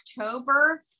October